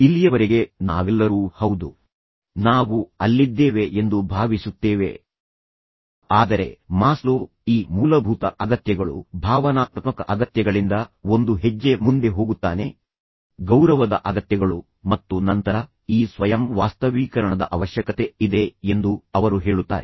ಇಲ್ಲಿಯವರೆಗೆ ನಾವೆಲ್ಲರೂ ಹೌದು ನಾವು ಅಲ್ಲಿದ್ದೇವೆ ಎಂದು ಭಾವಿಸುತ್ತೇವೆ ನಾವು ಅದನ್ನು ಮಾಡುತ್ತಿದ್ದೇವೆ ಆದರೆ ಮಾಸ್ಲೋ ಈ ಮೂಲಭೂತ ಅಗತ್ಯಗಳು ಭಾವನಾತ್ಮಕ ಅಗತ್ಯಗಳಿಂದ ಒಂದು ಹೆಜ್ಜೆ ಮುಂದೆ ಹೋಗುತ್ತಾನೆ ಗೌರವದ ಅಗತ್ಯಗಳು ಮತ್ತು ನಂತರ ಈ ಸ್ವಯಂ ವಾಸ್ತವೀಕರಣದ ಅವಶ್ಯಕತೆ ಇದೆ ಎಂದು ಅವರು ಹೇಳುತ್ತಾರೆ